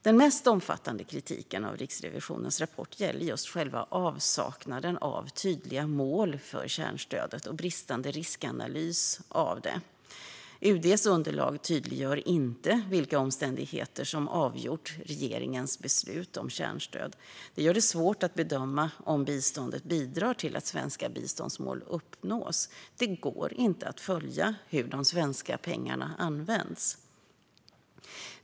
Den mest omfattande kritiken i Riksrevisionens rapport gäller just avsaknaden av tydliga mål för kärnstödet och bristande riskanalys av det. UD:s underlag tydliggör inte vilka omständigheter som har avgjort regeringens beslut om kärnstöd. Det gör det svårt att bedöma om biståndet bidrar till att svenska biståndsmål uppnås. Det går inte att följa hur de svenska pengarna används.